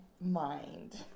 mind